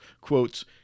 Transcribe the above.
quotes